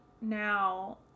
now